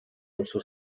also